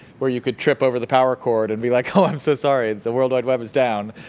where you could trip over the power cord and be like, oh, i'm so sorry. the world wide web is down.